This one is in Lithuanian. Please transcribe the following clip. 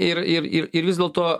ir ir ir ir vis dėlto